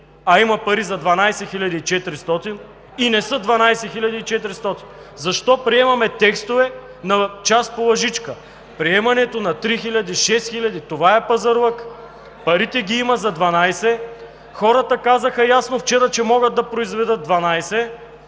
а има пари за 12 400 и не са 12 400? Защо приемаме текстове на час по лъжичка? Приемането на 3000, 6000 – това е пазарлък. Пари има за 12 – хората казаха ясно вчера, че могат да произведат 12,